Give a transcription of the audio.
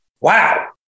wow